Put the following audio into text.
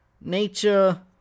nature